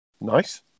Nice